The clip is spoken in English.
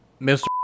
Mr